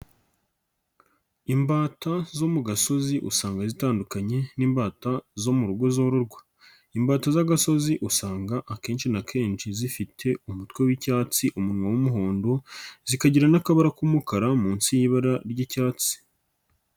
Imbata zo mu gasozi usanga zitandukanye n'imbata zo mu rugo zororwa, imbata z'agasozi usanga akenshi na kenshi zifite umutwe w'icyatsi, umunwa w'umuhondo zikagira n'akabara k'umukara munsi y'ibara ry'icyatsi.